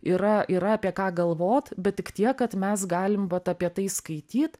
yra yra apie ką galvot bet tik tiek kad mes galim vat apie tai skaityt